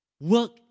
work